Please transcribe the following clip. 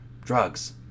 drugs